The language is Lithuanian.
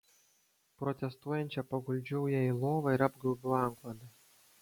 protestuojančią paguldžiau ją į lovą ir apgaubiau antklode